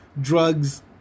drugs